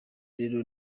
rero